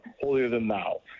holier-than-thou